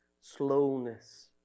slowness